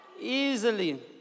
easily